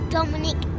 Dominic